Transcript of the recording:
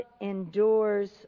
endures